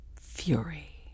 fury